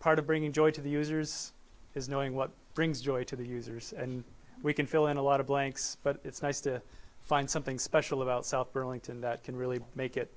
part of bringing joy to the users is knowing what brings joy to the users and we can fill in a lot of blanks but it's nice to find something special about south burlington that can really make it